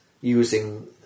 using